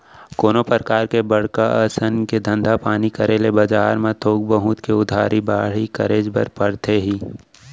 कोनो परकार के बड़का असन के धंधा पानी करे ले बजार म थोक बहुत के उधारी बाड़ही करे बर परथे ही